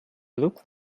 look